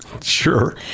Sure